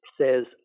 says